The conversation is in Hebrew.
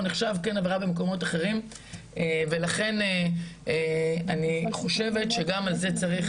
הפיתוי כן נחשב עבירה במקומות אחרים ולכן אני חושבת שגם על זה צריך,